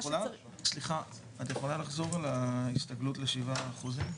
את יכולה לחזור על ההסתגלות ל-7%?